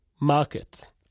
market